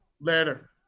Later